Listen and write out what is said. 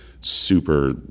super